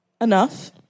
Enough